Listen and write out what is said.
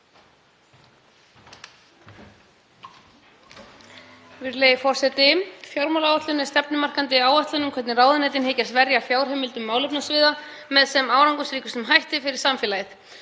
Virðulegi forseti. Fjármálaáætlun er stefnumarkandi áætlun um hvernig ráðuneytin hyggjast verja fjárheimildum málefnasviða með sem árangursríkustum hætti fyrir samfélagið.